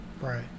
right